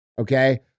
Okay